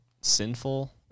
sinful